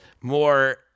More